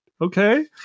Okay